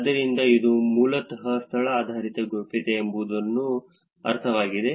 ಆದ್ದರಿಂದ ಇದು ಮೂಲತಃ ಸ್ಥಳ ಆಧಾರಿತ ಗೌಪ್ಯತೆ ಎಂಬುದರ ಅರ್ಥವಾಗಿದೆ